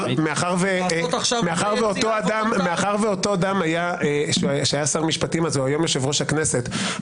מאחר שאותו אדם שהיה אז שר משפטים היום הוא יושב-ראש הכנסת,